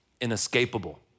inescapable